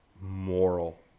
moral